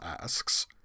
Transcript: asks